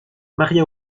maria